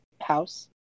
house